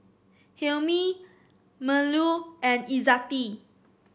Hilmi Melur and Izzati